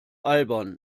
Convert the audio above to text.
albern